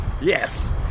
yes